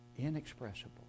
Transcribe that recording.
Inexpressible